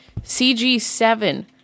CG7